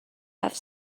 have